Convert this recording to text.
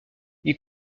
ils